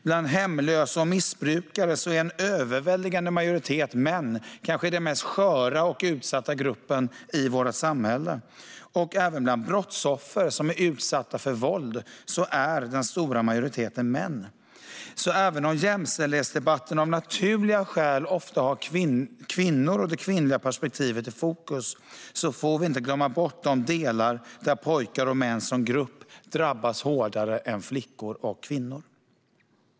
Bland hemlösa och missbrukare - kanske den mest sköra och utsatta gruppen i vårt samhälle - är en överväldigande majoritet män. Även bland brottsoffer som är utsatta för våld är den stora majoriteten män. Även om jämställdhetsdebatten av naturliga skäl ofta har kvinnor och det kvinnliga perspektivet i fokus får vi inte glömma bort de delar där pojkar och män som grupp drabbas hårdare än flickor och kvinnor.